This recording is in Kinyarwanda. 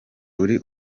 uri